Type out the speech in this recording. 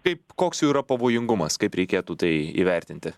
kaip koks jų yra pavojingumas kaip reikėtų tai įvertinti